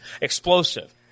Explosive